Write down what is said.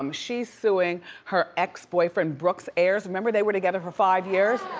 um she's suing her ex boyfriend brooks ayers. remember, they were together for five years?